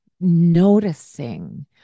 noticing